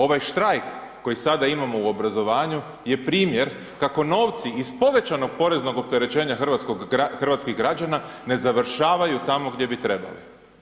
Ovaj štrajk koji sada imamo u obrazovanju je primjer kako novci iz povećanog poreznog opterećenja hrvatskih građana ne završavaju tamo gdje bi trebali.